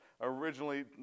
originally